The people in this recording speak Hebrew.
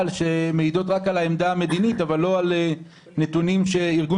שמעידות רק על העמדה המדינית אבל לא על נתונים שארגון